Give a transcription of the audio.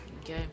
okay